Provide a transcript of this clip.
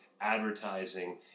advertising